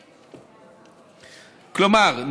כלומר,